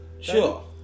Sure